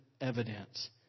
evidence